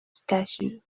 statue